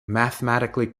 mathematically